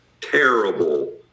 terrible